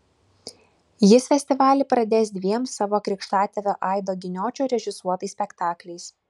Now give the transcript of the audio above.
jis festivalį pradės dviem savo krikštatėvio aido giniočio režisuotais spektakliais